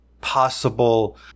possible